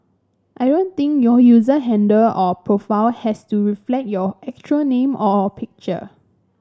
I don't think your user handle or profile has to reflect your actual name or picture